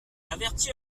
avertit